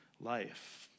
life